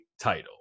Title